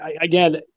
again